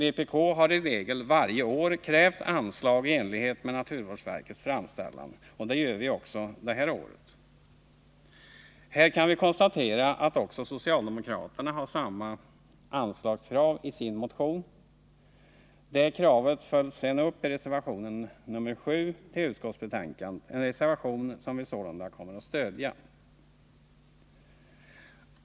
Vpk har i regel varje år krävt anslag i enlighet med naturvårdsverkets framställan, och det gör vi även i år. Vi kan konstatera att socialdemokraterna har samma anslagskrav i sin motion. Det kravet följs sedan upp i reservation 7 vid utskottsbetänkandet — en reservation som vi sålunda kommer att stödja.